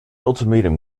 ultimatum